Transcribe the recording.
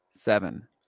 seven